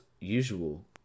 usual